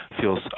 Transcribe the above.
feels